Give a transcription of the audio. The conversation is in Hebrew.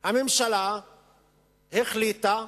הממשלה החליטה